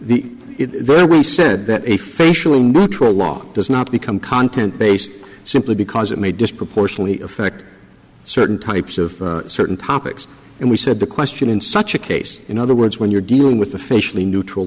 the there we said that a facial neutral law does not become content based simply because it may disproportionately affect certain types of certain topics and we said the question in such a case in other words when you're dealing with officially neutral